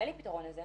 אין לי פתרון לזה.